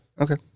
Okay